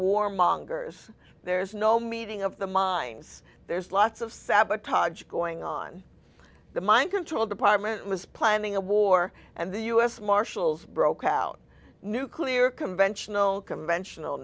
warmongers there's no meeting of the minds there's lots of sabotage going on the mind control department was planning a war and the us marshals broke out nuclear conventional conventional